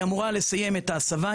היא אמורה לסיים את ההסבה,